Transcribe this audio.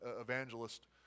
evangelist